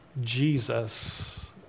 Jesus